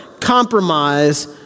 compromise